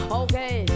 okay